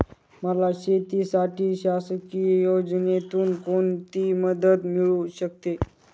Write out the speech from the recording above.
मला शेतीसाठी शासकीय योजनेतून कोणतीमदत मिळू शकते?